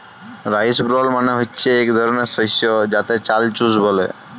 rice ব্রল মালে হচ্যে ইক ধরলের শস্য যাতে চাল চুষ ব্যলে